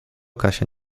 kasia